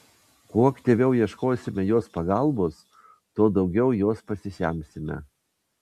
kuo aktyviau ieškosime jos pagalbos tuo daugiau jos pasisemsime